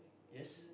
yes